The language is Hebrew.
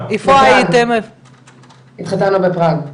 התחתנו בפראג.